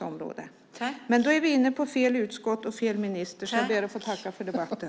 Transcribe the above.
Då är vi emellertid inne på ett annat utskott och en annan ministers ansvarsområde, och jag ber därför att få tacka för debatten.